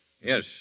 Yes